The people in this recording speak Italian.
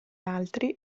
altri